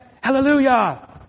hallelujah